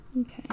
Okay